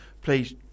please